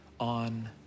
On